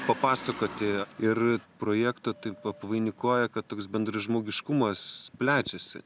papasakoti ir projektą taip apvainikuoja kad toks bendražmogiškumas plečiasi